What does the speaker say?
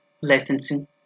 licensing